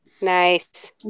Nice